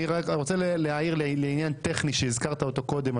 אני רוצה להעיר לעניין טכני שהזכרת אותו קודם,